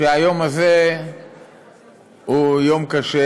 שהיום הזה הוא יום קשה,